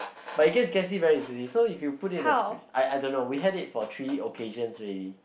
but it gets gassy very easily so if you put in the fridge I don't know we have it for three occasions already